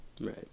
Right